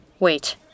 Wait